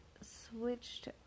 switched